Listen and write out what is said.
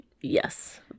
Yes